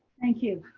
thank you.